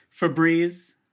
Febreze